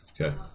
okay